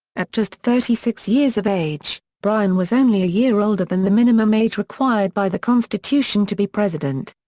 at just thirty six years of age, bryan was only a year older than the minimum age required by the constitution to be president.